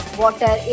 water